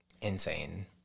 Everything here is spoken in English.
insane